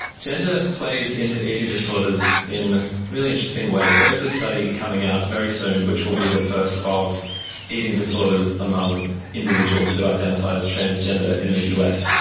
gender plays into eating disorders in a really interesting way. there is a study coming out very soon which will be the first of eating disorders among individuals who identify as transgender in the us.